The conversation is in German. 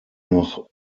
noch